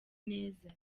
neza